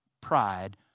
pride